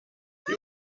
die